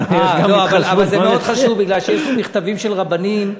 אבל זה מאוד חשוב כי יש פה מכתבים של רבנים.